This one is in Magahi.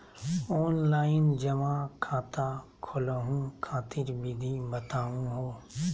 ऑनलाइन जमा खाता खोलहु खातिर विधि बताहु हो?